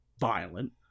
violent